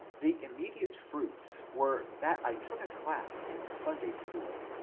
the immediate fruits were that i took a class in the sun day-school,